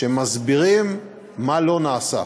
שמסבירים מה לא נעשה,